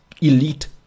Elite